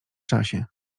czasie